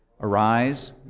Arise